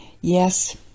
Yes